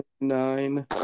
nine